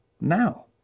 now